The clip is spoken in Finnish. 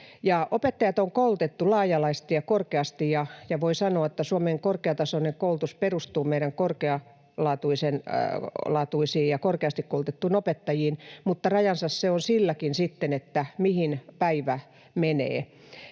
Opettajat on koulutettu laaja-alaisesti ja korkeasti, ja voi sanoa, että Suomen korkeatasoinen koulutus perustuu meidän korkealaatuisiin ja korkeasti koulutettuihin opettajiin, mutta rajansa se on silläkin sitten, että mihin päivä menee.